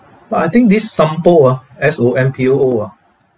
but I think this Sompo ah S O M P O O ah